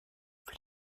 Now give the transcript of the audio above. für